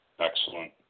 Excellent